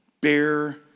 bear